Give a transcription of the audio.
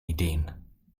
ideen